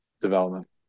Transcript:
development